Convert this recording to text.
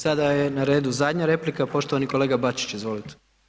Sada je na redu zadnja replika, poštovani kolega Bačić, izvolite.